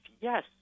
Yes